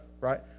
right